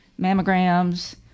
mammograms